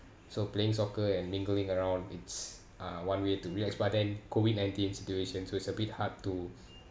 so playing soccer and mingling around it's uh one way to relax but then COVID nineteen situation so it's a bit hard to